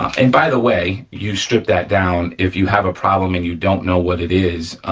and by the way, you strip that down if you have a problem and you don't know what it is.